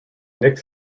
nick